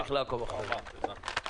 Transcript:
נמשיך לעקוב אחרי זה.